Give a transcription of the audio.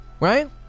right